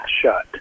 shut